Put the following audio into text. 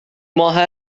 ماه